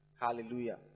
hallelujah